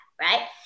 right